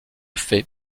fait